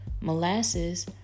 molasses